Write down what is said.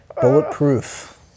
Bulletproof